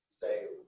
say